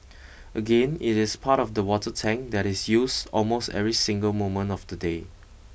again it is part of the water tank that is used almost every single moment of the day